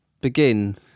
begin